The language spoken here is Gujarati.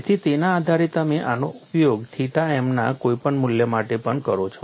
તેથી તેના આધારે તમે આનો ઉપયોગ થીટા m ના કોઈપણ મૂલ્ય માટે પણ કરો છો